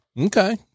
Okay